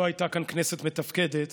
לא הייתה כאן כנסת מתפקדת.